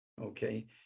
okay